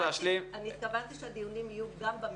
אני התכוונתי שהדיונים יהיו גם במשרד,